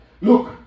Look